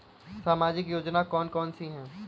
सामाजिक योजना कौन कौन सी हैं?